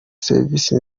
serivisi